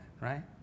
right